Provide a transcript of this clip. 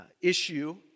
issue